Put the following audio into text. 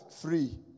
Free